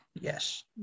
Yes